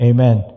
Amen